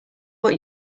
what